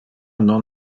non